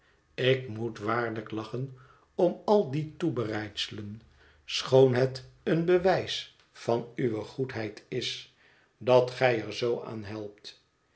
ik moet waarlijk lachen om al die toebereidselen schoon het een bewijs van uwe goedheid is dat gij er zoo aan helpt